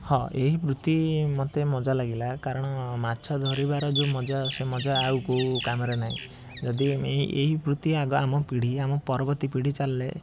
ହଁ ଏହି ବୃତ୍ତି ମୋତେ ମଜା ଲାଗିଲା କାରଣ ମାଛ ଧରିବାର ଯେଉଁ ମଜା ସେ ମଜା ଆଉ କେଉଁ କାମରେ ନାଇଁ ଯଦି ଏଇ ଏହି ବୃତ୍ତି ଆଗ ଆମ ଆମ ପିଢ଼ି ଆମ ପରବର୍ତ୍ତୀ ପିଢ଼ି ଚାଲେ